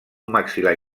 maxil·lar